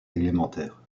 élémentaires